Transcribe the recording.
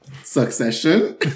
succession